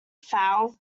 foul